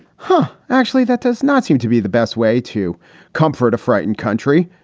huh? actually, that does not seem to be the best way to comfort a frightened country.